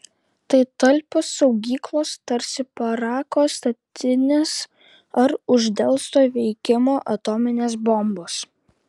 tai talpios saugyklos tarsi parako statinės ar uždelsto veikimo atominės bombos